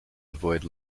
avoided